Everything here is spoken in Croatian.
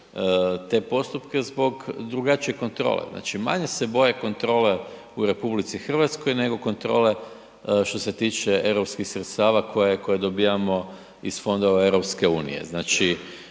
te postupke zbog drugačije kontrole. Znači manje se boje kontrole u RH nego kontrole što se tiče europskih sredstava koje dobivamo iz fondova EU. Znači